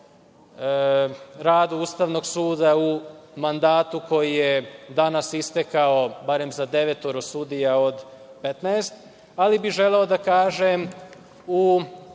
radu Ustavnog suda u mandatu koji danas istekao, barem za devetoro sudija od 15. Želeo bih da kažem, u